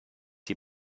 die